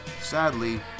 Sadly